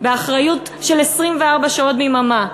באחריות של 24 שעות ביממה,